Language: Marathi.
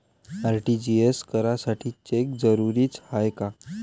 आर.टी.जी.एस करासाठी चेक जरुरीचा हाय काय?